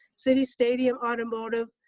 city stadium automotive,